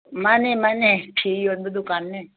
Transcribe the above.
ꯃꯥꯅꯦ ꯃꯥꯅꯦ ꯐꯤ ꯌꯣꯟꯕ ꯗꯨꯀꯥꯟꯅꯦ